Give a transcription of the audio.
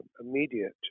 immediate